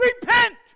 Repent